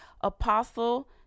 Apostle